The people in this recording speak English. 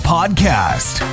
Podcast